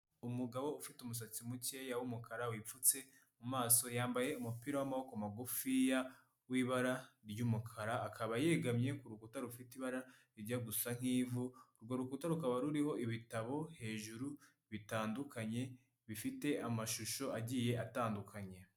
Umugabo ufite umusatsi mukeya w’umukara wipfutse mumaso yambaye umupira w’amaboko magufiya w’ibara ry'umukara akaba yegamye ku rukuta rufite ibara rijya gusa nk'ivu urwo rukuta rukaba ruriho ibitabo hejuru bitandukanye bifite amashusho agiye atandukanye.